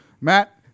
Matt